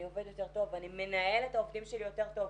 אני עובד יותר טוב ואני מנהל את העובדים שלי יותר טוב.